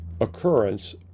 occurrence